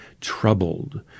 troubled